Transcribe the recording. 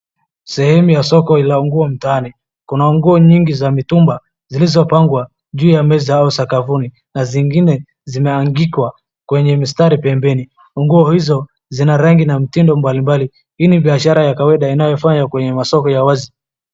Sehemu ya soko la nguo la mtaani. Kuna nguo nyingi za mitumba zilizopangwa juu ya meza au sakafuni na zingine zimeanikwa kwenye mistari pembeni. Nguo hizo zina rangi na mtindo mbalimbali. Hii ni biashara ya kawaida inayofanywa kwenye masoko ya wazi.